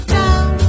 down